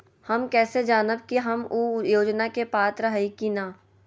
हम कैसे जानब की हम ऊ योजना के पात्र हई की न?